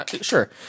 sure